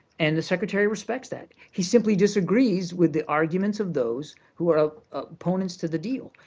and the secretary respects that. he simply disagrees with the arguments of those who are opponents to the deal,